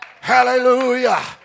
Hallelujah